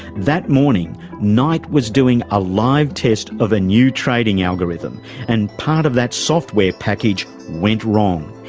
that morning, knight was doing a live test of a new trading algorithm and part of that software package went wrong.